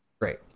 great